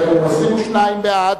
בעד,